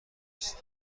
است